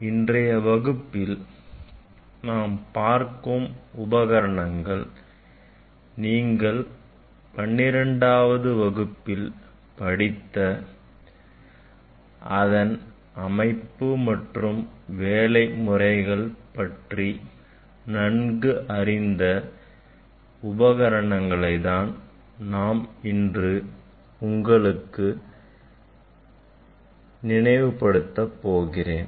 இன்றைய வகுப்பில் நாம் பார்க்கும் உபகரணங்கள் நீங்கள் 12 வது வகுப்பில் படித்த அதன் அமைப்பு மற்றும் வேலை முறைகளை பற்றி நன்கு அறிந்த உபகரணங்களை தான் நான் மீண்டும் உங்களுக்கு நினைவுப்படுத்த போகிறேன்